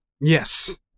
yes